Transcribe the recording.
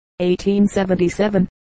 1877